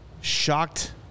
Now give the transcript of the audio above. shocked